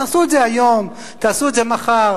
תעשו את זה היום, תעשו את זה מחר.